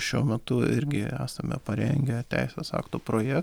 šiuo metu irgi esame parengę teisės aktų proje